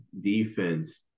defense